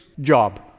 job